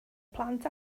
plant